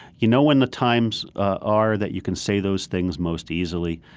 you know when the times are that you can say those things most easily,